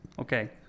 Okay